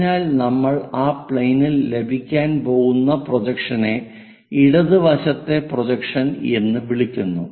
അതിനാൽ നമ്മൾ ആ പ്ലെയിനിൽ ലഭിക്കാൻ പോകുന്ന പ്രൊജക്ഷനെ ഇടത് വശത്തെ പ്രൊജക്ഷൻ എന്ന് വിളിക്കുന്നു